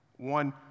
One